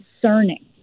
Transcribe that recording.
concerning